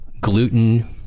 gluten